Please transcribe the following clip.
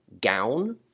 gown